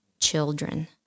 children